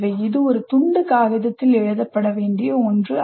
இது ஒரு துண்டு காகிதத்தில் எழுதப்பட வேண்டிய ஒன்றல்ல